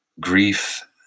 grief